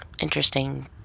interesting